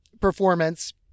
performance